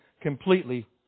completely